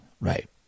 right